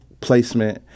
Placement